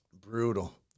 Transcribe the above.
Brutal